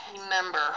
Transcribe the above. remember